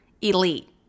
elite